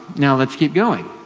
now let's keep going.